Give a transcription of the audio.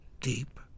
deep